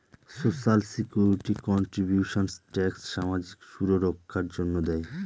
social security contributions tax সামাজিক সুররক্ষার জন্য দেয়